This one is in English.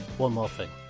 one more thing.